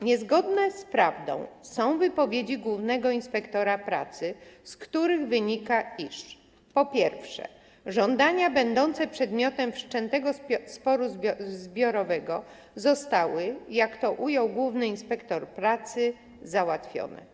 Niezgodne z prawdą są wypowiedzi głównego inspektora pracy, z których wynika, iż, po pierwsze, żądania będące przedmiotem wszczętego sporu zbiorowego zostały, jak to ujął główny inspektor pracy, załatwione.